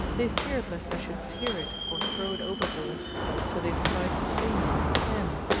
they feared lest i should tear it or throw it overboard so they tried to stay me and scare me,